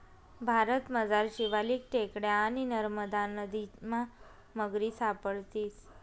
भारतमझार शिवालिक टेकड्या आणि नरमदा नदीमा मगरी सापडतीस